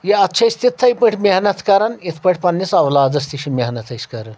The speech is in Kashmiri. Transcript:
یہِ اَتھ چھِ أسۍ تِتھےٚ پٲٹھۍ محنَت کَرَان یِتھ پٲٹھۍ پَنٛنِس اَۄٕلادَس تہِ چھِ محنَت أسۍ کَران